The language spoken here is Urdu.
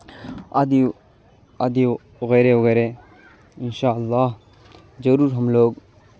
آڈو آڈو وغیرہ وغیرہ ان شاء اللہ ضرور ہم لوگ